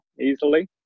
easily